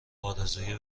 آرزوی